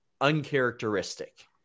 uncharacteristic